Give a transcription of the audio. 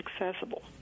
accessible